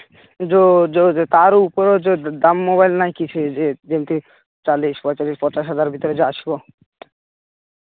ଯେଉଁ ଯେଉଁ ତା'ର ଉପର ଯେଉଁ ଦାମ ମୋବାଇଲ ନାହିଁକି ସେ ଯେ ଯେମତି ଚାଳିଶ ପଇଁଚାଳିଶି ପଚାଶ ହଜାର ଭିତରେ ଆସିବ